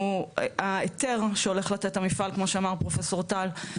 ההיתר שהולך לתת המפעל כמו שאמר פרופסור טל,